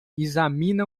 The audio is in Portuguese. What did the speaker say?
examina